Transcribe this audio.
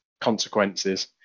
consequences